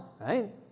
right